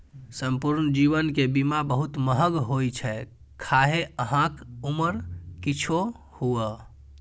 संपूर्ण जीवन के बीमा बहुत महग होइ छै, खाहे अहांक उम्र किछुओ हुअय